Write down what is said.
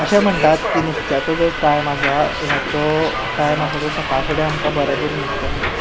अशें म्हणटात की नुस्त्याचो जो टायम आसा हाचो टायम आसा तो सकाळ फुडें आमकां बरपूर आमकां नुस्तें मेळटा